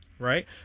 Right